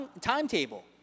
timetable